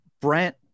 Brent